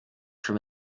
from